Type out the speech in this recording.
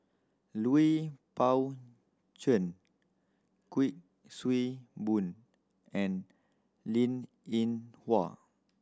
Lui Pao Chuen Kuik Swee Boon and Linn In Hua